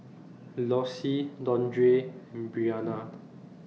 Lossie Dondre Breanna